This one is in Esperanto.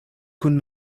kun